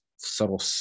subtle